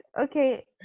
okay